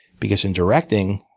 because in directing,